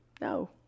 No